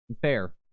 Fair